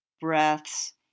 breaths